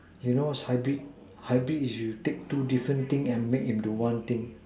you know what's hybrid hybrid is you take two different things and make into one thing